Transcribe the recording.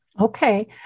Okay